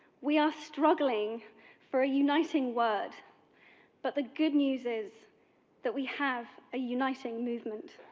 we are struggling for a uniting word but the good news is that we have a uniting movement.